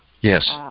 Yes